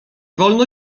wolno